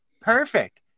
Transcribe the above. perfect